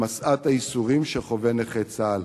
משאת הייסורים שחווה נכה צה"ל.